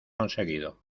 conseguido